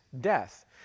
death